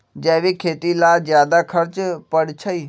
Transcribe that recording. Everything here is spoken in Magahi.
जैविक खेती ला ज्यादा खर्च पड़छई?